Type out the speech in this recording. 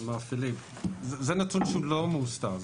זה נתון שהוא לא מוסתר,